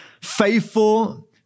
faithful